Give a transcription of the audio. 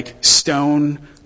stone